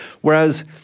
Whereas